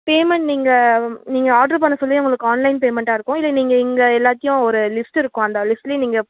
payment நீங்கள் நீங்கள் order பண்ண சொல்லயே உங்களுக்கு ஆன்லைன் பேமெண்ட்டாக இருக்கும் இல்லை நீங்கள் இங்கே எல்லாத்தையும் ஒரு லிஸ்ட்டு இருக்கும் அந்த லிஸ்ட்லேயே நீங்கள்